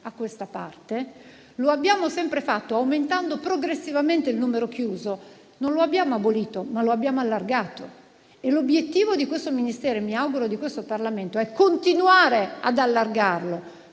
a questa parte, l'abbiamo sempre fatta aumentando progressivamente il numero chiuso. Non lo abbiamo abolito, ma l'abbiamo allargato. E l'obiettivo di questo Ministero - come mi auguro di questo Parlamento - è continuare ad allargarlo,